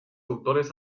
autores